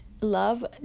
love